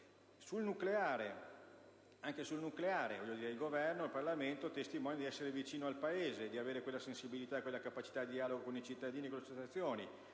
sul nucleare, il Governo e il Parlamento testimoniano di essere vicini al Paese, di avere sensibilità e capacità di dialogo con i cittadini e con le associazioni.